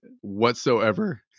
whatsoever